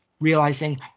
realizing